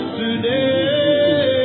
today